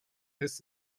ist